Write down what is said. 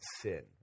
sin